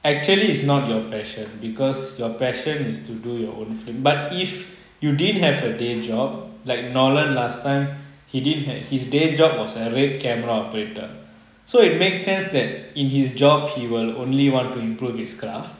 actually is not your passion because your passion is to do your own film but if you didn't have a day job like nolan last time he didn't ha~ his day job was a RED camera operator so it makes sense that in his job he will only want to improve his craft